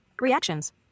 Reactions